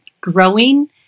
growing